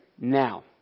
now